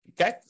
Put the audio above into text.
okay